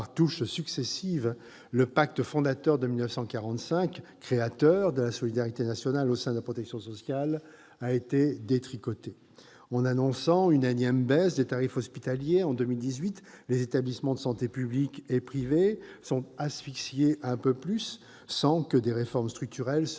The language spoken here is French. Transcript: par touches successives, le pacte fondateur de 1945, créateur de la solidarité nationale au sein de la protection sociale, a été détricoté. En annonçant une énième baisse des tarifs hospitaliers en 2018, les établissements de santé publics et privés sont asphyxiés un peu plus, sans que des réformes structurelles se mettent